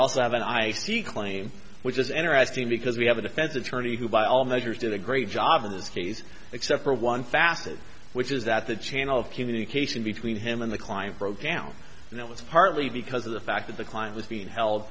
also have an icy claim which is interesting because we have a defense attorney who by all measures did a great job in this case except for one facet which is that the channel of communication between him and the client broke down and it was partly because of the fact that the client was being held